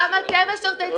גם אתם משרתי ציבור.